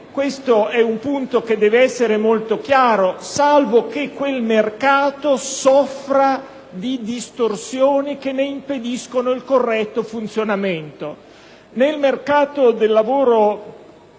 questo è un punto che deve essere molto chiaro - quel mercato soffra di distorsioni che ne impediscano il corretto funzionamento.